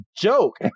joke